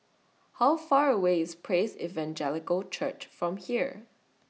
How Far away IS Praise Evangelical Church from here